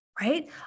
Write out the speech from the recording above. right